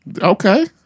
Okay